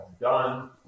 done